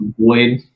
avoid